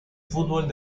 fútbol